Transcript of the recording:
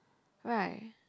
right